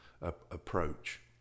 approach